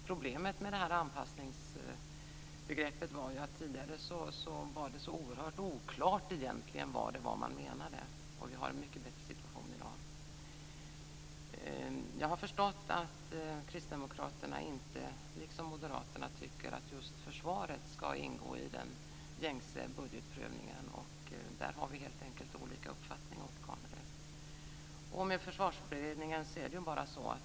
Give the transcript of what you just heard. Problemet med det här anpassningsbegreppet var ju att det tidigare var oerhört oklart vad man menade. Vi har en mycket bättre situation i dag. Jag har förstått att Kristdemokraterna, liksom Moderaterna, inte tycker att just försvaret ska ingå i den gängse budgetprövningen. Där har vi helt enkelt olika uppfattningar, Åke Carnerö.